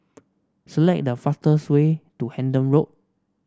select the fastest way to Hendon Road